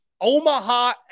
Omaha